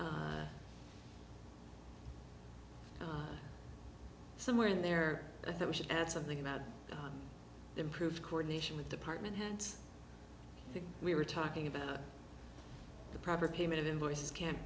time somewhere in there i thought we should add something about improve coordination with department heads we were talking about the proper payment invoices can't